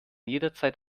jederzeit